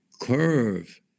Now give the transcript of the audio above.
curve